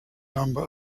number